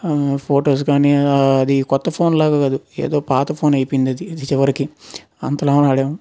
photos కానీ అది కొత్త ఫోన్ లాగా కాదు ఏదో పాత ఫోన్ అయిపోయింది చివరికి అంతలా వాడాం